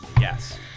Yes